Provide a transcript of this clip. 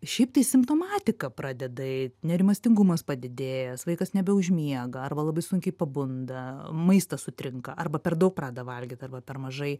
šiaip tai simptomatika pradeda eit nerimastingumas padidėjęs vaikas nebeužmiega arba labai sunkiai pabunda maistas sutrinka arba per daug pradeda valgyt arba per mažai